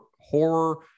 horror